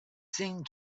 seen